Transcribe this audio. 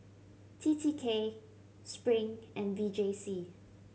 T T K Spring and V J C